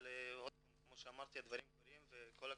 אבל שוב כמו שאמרתי, הדברים קורים וכל הכבוד.